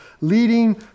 leading